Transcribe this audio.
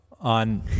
on